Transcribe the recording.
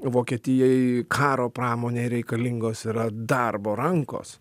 vokietijai karo pramonei reikalingos yra darbo rankos